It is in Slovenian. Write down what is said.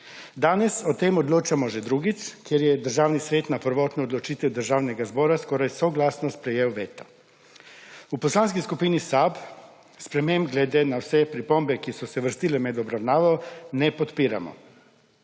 Danes o tem odločamo že drugič, ker je Državni svet na prvotno odločitev Državnega zbora skoraj soglasno sprejel veto. V Poslanski skupini SAB sprememb glede na vse pripombe, ki so se vrstile med obravnavo, ne podpiramo.